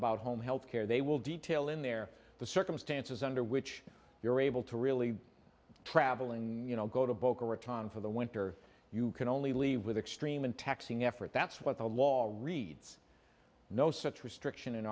about home health care they will detail in there the circumstances under which you're able to really travel and you know go to boca raton for the winter you can only leave with extreme and taxing effort that's what the law reads no such restriction in